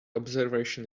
observation